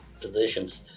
positions